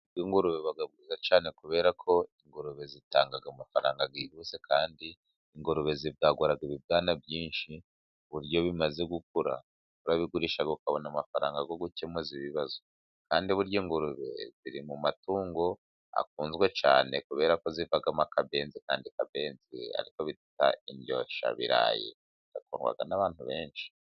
Ubworozi bw'ingurube buba bwiza cyane, kubera ko ingurube zitanga amafaranga yihuse, kandi ingurube zibwagura ibibwana byinshi ku buryo iyo bimaze gukura, urabigurisha ukabona amafaranga yo gukemura ibibazo, kandi burya ingurube ziri mu matungo akunzwe cyane kubera ko zivamo akabenzi, kandi akabenzi ari ko bita indyoheshabirayi, ikundwa n'abantu benshi.